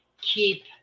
keep